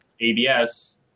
ABS